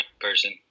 person